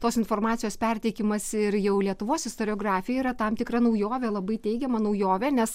tos informacijos perteikimas ir jau lietuvos istoriografija yra tam tikra naujovė labai teigiama naujovė nes